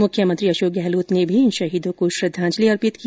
मुख्यमंत्री अशोक गहलोत ने भी इन शहीदों को श्रद्धांजलि अर्पित की